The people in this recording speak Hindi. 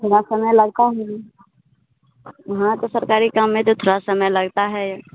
थोड़ा समय लगता है जी हाँ तो सरकारी काम में तो थोड़ा समय लगता है